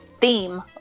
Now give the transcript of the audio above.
theme